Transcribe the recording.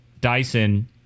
Dyson